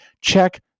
Check